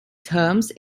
terms